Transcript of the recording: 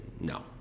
no